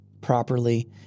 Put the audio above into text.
properly